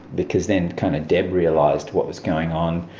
because then kind of deb realised what was going on.